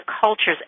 culture's